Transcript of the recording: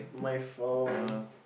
my phone